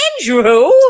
Andrew